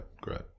great